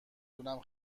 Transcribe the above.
دونم